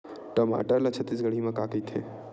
टमाटर ला छत्तीसगढ़ी मा का कइथे?